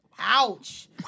Ouch